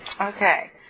Okay